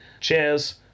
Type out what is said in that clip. Cheers